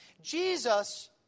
Jesus